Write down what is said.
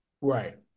right